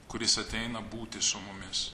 kuris ateina būti su mumis